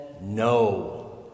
no